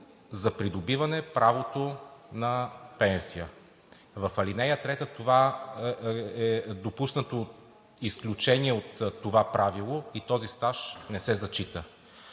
за придобиване правото на пенсия. В ал. 3 е допуснато изключение от това правило и този стаж не се зачита.